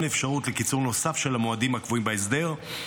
אפשרות לקיצור נוסף של המועדים הקבועים בהסדר,